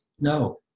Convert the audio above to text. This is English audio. no